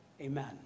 Amen